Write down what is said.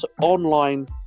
online